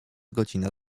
godzina